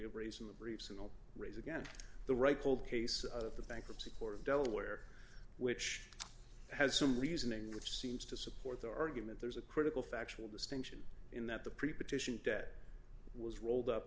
have raised in the briefs will raise again the right cold case of the bankruptcy court of delaware which has some reasoning which seems to support the argument there's a critical factual distinction in that the pretty petition debt was rolled up